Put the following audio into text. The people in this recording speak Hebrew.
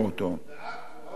גם בעכו עוד לא מצאו.